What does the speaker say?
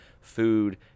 food